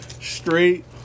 straight